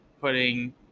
putting